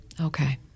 Okay